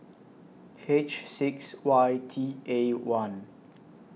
H six Y T A one